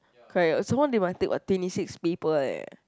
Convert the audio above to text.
correct oh some more they must take what twenty six people eh